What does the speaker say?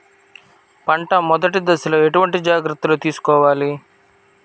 పంట మెదటి దశలో ఎటువంటి జాగ్రత్తలు తీసుకోవాలి?